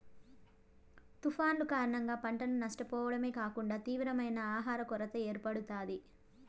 తుఫానులు కారణంగా పంటను నష్టపోవడమే కాకుండా తీవ్రమైన ఆహర కొరత ఏర్పడుతాది